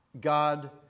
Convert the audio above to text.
God